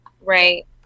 right